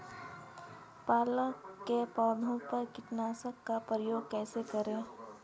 पालक के पत्तों पर कीटनाशक का प्रयोग कैसे करें?